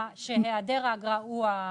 שהיעדר האגרה הוא הדבר.